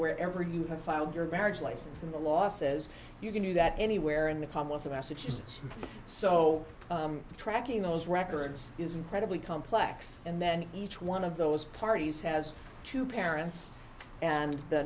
wherever you have filed your marriage license and the law says you can do that anywhere in the palm of the massachusetts so tracking those records is incredibly complex and then each one of those parties has two parents and the